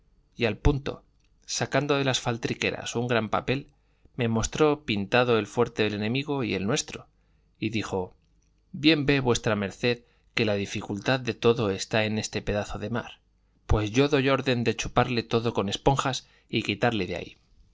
y al punto sacando de las faldriqueras un gran papel me mostró pintado el fuerte del enemigo y el nuestro y dijo bien ve v md que la dificultad de todo está en este pedazo de mar pues yo doy orden de chuparle todo con esponjas y quitarle de allí